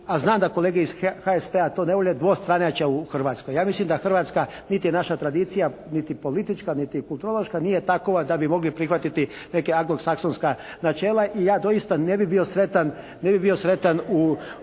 a znam da kolege iz HSP-a to ne vole dvostranačja u Hrvatskoj. Ja mislim da Hrvatska niti je naša tradicija niti politička niti kulturološka nije takova da bi mogli prihvatiti neke anglosaksonska načela i ja doista ne bi bio sretan, ne